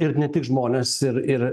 ir ne tik žmonės ir ir